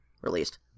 released